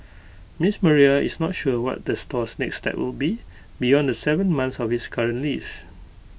Ms Maria is not sure what the store's next step will be beyond the Seven months of its current lease